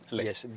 Yes